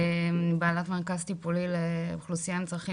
בעלת מרכז טיפולי לאוכלוסייה עם צרכים